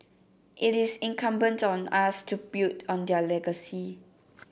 it is incumbent on us to build on their legacy